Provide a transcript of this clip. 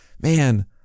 man